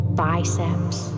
biceps